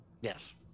Yes